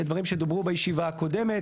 אלו דברים שדוברו בישיבה הקודמת.